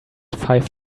five